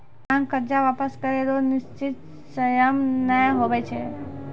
मांग कर्जा वापस करै रो निसचीत सयम नै हुवै छै